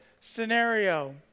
scenario